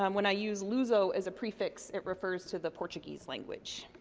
um when i use lush so as a prefix, it refers to the portuguese language.